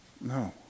No